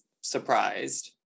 surprised